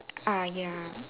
ah ya